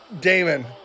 Damon